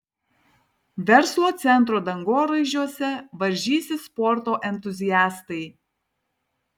verslo centro dangoraižiuose varžysis sporto entuziastai